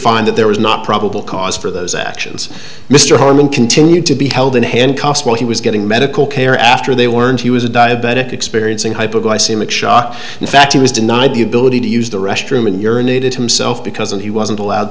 that there was not probable cause for those actions mr harmon continued to be held in handcuffs while he was getting medical care after they warned he was a diabetic experiencing hypoglycemic shock in fact he was denied the ability to use the restroom and urinated himself because and he wasn't allowed